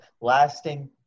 Lasting